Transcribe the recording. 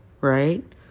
right